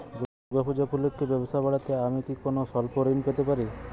দূর্গা পূজা উপলক্ষে ব্যবসা বাড়াতে আমি কি কোনো স্বল্প ঋণ পেতে পারি?